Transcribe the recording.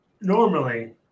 normally